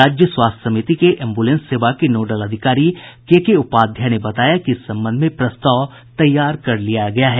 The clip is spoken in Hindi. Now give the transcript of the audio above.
राज्य स्वास्थ्य समिति के एम्ब्रलेंस सेवा के नोडल अधिकारी के के उपाध्याय ने बताया कि इस संबंध में प्रस्ताव तैयार कर लिया गया है